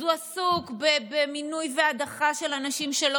אז הוא עסוק במינוי ובהדחה של אנשים שלא